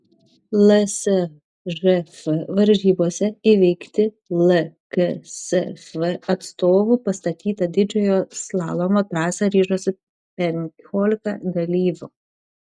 lsžf varžybose įveikti lksf atstovų pastatytą didžiojo slalomo trasą ryžosi penkiolika dalyvių